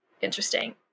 interesting